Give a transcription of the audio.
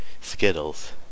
skittles